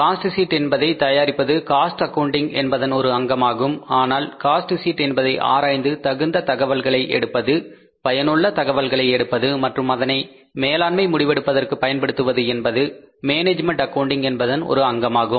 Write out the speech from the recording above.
cost sheet என்பதை தயாரிப்பது cost accounting என்பதன் ஒரு அங்கமாகும் ஆனால் காஸ்ட் ஷீட் என்பதை ஆராய்ந்து தகுந்த தகவல்களை எடுப்பது பயனுள்ள தகவல்களை எடுப்பது மற்றும் அதனை மேலாண்மை முடிவெடுப்பதற்கு பயன்படுத்துவது என்பது மேனேஜ்மெண்ட் அக்கவுண்டிங் என்பதன் ஒரு அங்கமாகும்